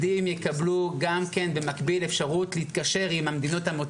חודשים בעוד שנה הם יוכלו לחזור לארץ מולדתם.